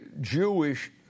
Jewish